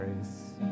grace